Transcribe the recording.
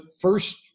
first